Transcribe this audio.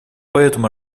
поэтому